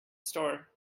store